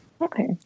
Okay